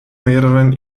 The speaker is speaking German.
mehreren